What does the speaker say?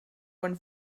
one